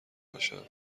باشم